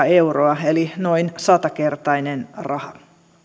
euroa eli noin satakertainen raha